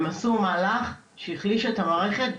הם עשו מהלך שהחליש את המערכת,